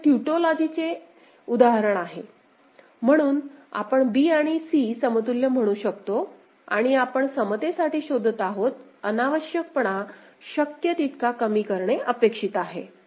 तर हे ट्यूटोलॉजी प्रमाणे आहे म्हणून आपण b आणि c समतुल्य म्हणू शकतो आणि आपण समतेसाठी शोधत आहोत अनावश्यकपणा शक्य तितका कमी करणे अपेक्षित आहे